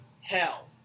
hell